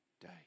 day